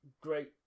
great